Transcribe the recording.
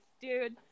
dude